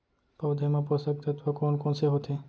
पौधे मा पोसक तत्व कोन कोन से होथे?